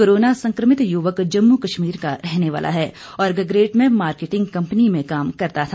corona संक्रमित युवक जम्मू कश्मीर का रहने वाला है और गगरेट में मार्केटेंग कम्पनी में काम करता था